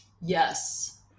Yes